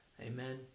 Amen